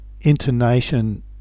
intonation